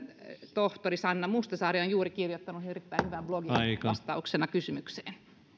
tohtori sanna mustasaari on juuri kirjoittanut erittäin hyvän blogin vastauksena kysymykseen